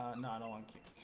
ah not wanting